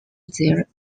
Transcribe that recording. there